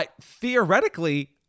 Theoretically